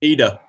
Ida